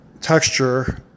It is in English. texture